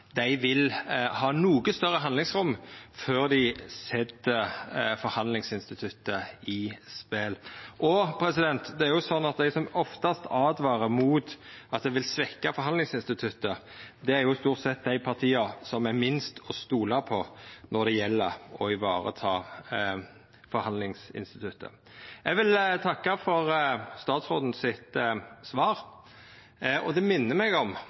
vil dei ha noko større handlingsrom før dei set forhandlingsinstituttet på spel. Det er jo slik at dei partia som oftast åtvarar mot at det vil svekkja forhandlingsinstituttet, stort sett er dei som er minst til å stola på når det gjeld å vareta forhandlingsinstituttet. Eg vil takka for statsråden sitt svar. Det minner meg om